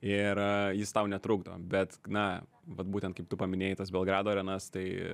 ir jis tau netrukdo bet na vat būtent kaip tu paminėjai tas belgrado arena stai